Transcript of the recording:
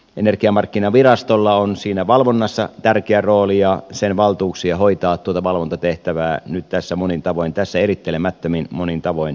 energiamarkkinavirastolla on siinä valvonnassa tärkeä rooli ja sen valtuuksia hoitaa tuota valvontatehtävää nyt tässä erittelemättömin monin tavoin laajennetaan